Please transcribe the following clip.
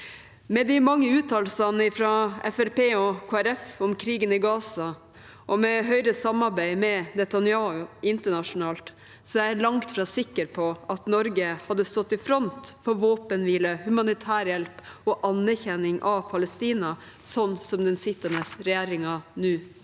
og Kristelig Folkeparti om krigen i Gaza, og med Høyres samarbeid med Netanyahu internasjonalt, er jeg langt fra sikker på at Norge hadde stått i front for våpenhvile, humanitærhjelp og anerkjennelse av Palestina, slik som den sittende regjeringen nå gjør.